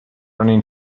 running